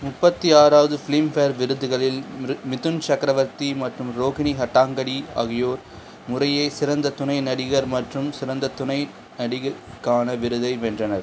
முப்பத்தி ஆறாவது பிலிம்ஃபேர் விருதுகளில் மிதுன் சக்ரவர்த்தி மற்றும் ரோஹிணி ஹர்டாங்தடி ஆகியோர் முறையே சிறந்த துணை நடிகர் மற்றும் சிறந்த துணை நடிகைக்கான விருதை வென்றனர்